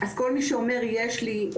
אז כל מי שאומר יש לי,